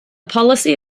policy